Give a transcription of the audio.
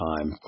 time